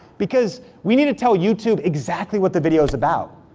because we need to tell youtube exactly what the video's about.